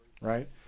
right